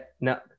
no